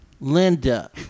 Linda